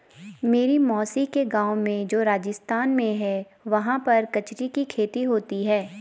मेरी मौसी के गाँव में जो राजस्थान में है वहाँ पर कचरी की खेती होती है